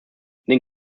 den